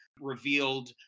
revealed